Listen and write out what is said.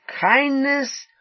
kindness